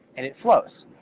and it flows.